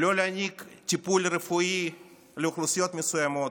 או לא להעניק טיפול רפואי לאוכלוסיות מסוימות,